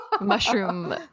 Mushroom